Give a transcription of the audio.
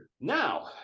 now